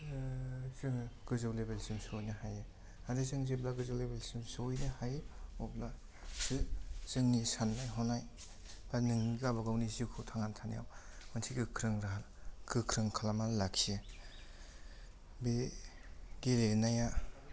जोङो गोजौ लेभेलसिम सहैनो हायो आरो जों जेब्ला गोजौ लेभेलसिम सहैनो हायो अब्लासो जोंनि साननाय हनाय बा नोंनि गावबा गावनि जिउखौ थांना थानायाव मोनसे गोख्रों राहा गोख्रों खालामनानै लाखियो बे गेलेनाया